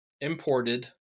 imported